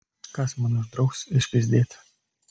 kas man uždraus išpyzdėti